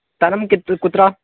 स्थानं किम् कुत्र